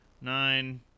Nine